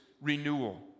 renewal